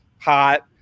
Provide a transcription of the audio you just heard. hot